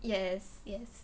yes yes